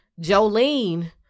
Jolene